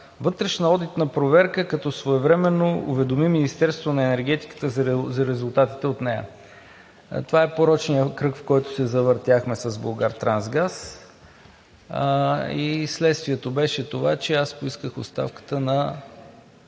вътрешна одитна проверка, като своевременно уведоми Министерството на енергетиката за резултатите от нея. Това е порочният кръг, в който се завъртяхме с „Булгартрансгаз“, и следствието беше това, че аз поисках оставката на